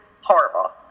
horrible